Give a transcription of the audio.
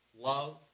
love